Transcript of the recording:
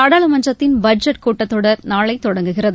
நாடாளுமன்றத்தின் பட்ஜெட் கூட்டத்தொடர் நாளை தொடங்குகிறது